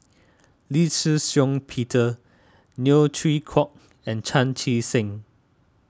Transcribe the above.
Lee Shih Shiong Peter Neo Chwee Kok and Chan Chee Seng